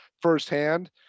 firsthand